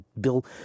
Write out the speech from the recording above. Bill